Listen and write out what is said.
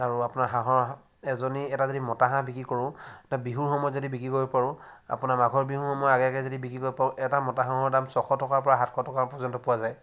আৰু আপোনাৰ হাঁহৰ এটা যদি মতা হাঁহ বিক্ৰী কৰোঁ বিহুৰ সময়ত যদি বিক্ৰী কৰিব পাৰোঁ আপোনাৰ মাঘৰ বিহুৰ সময়ৰ আগে আগে যদি বিক্ৰী কৰিব পাৰোঁ এটা মতা হাঁহৰ দাম ছশ টকাৰপৰা সাতশ টকা পৰ্যন্ত পোৱা যায়